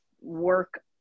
work